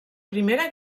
primera